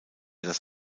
das